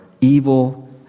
evil